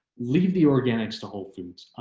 leave the organics to whole foods.